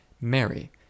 Mary